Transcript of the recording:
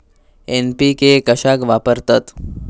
NPK कशाक वापरतत?